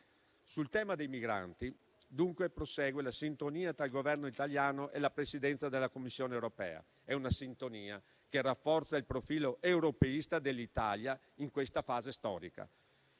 Sul tema dei migranti, dunque, prosegue la sintonia tra il Governo italiano e la Presidenza della Commissione europea. È una sintonia che rafforza il profilo europeista dell'Italia in questa fase storica.